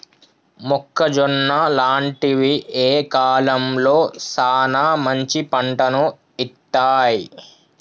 మొక్కజొన్న లాంటివి ఏ కాలంలో సానా మంచి పంటను ఇత్తయ్?